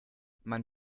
man